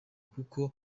kuko